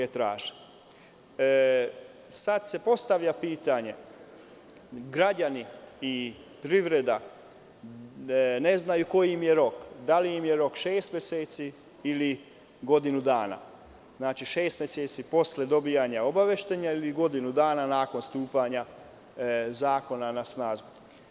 Sada se postavlja pitanje – građani i privreda ne znaju koji im je rok, da li im je rok šest meseci ili godinu dana, šest meseci posle dobijanja obaveštenja ili godinu dana nakon stupanja zakona na snagu.